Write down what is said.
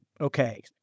okay